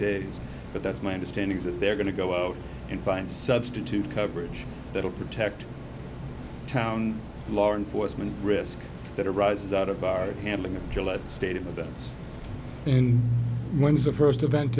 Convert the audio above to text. days but that's my understanding is that they're going to go out and find substitute coverage that will protect town law enforcement risk that arises out of our handling of gillette stadium and when's the first event